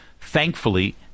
Thankfully